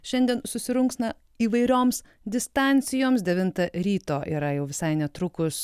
šiandien susirungs na įvairioms distancijoms devintą ryto yra jau visai netrukus